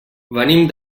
venim